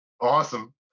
awesome